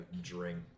drink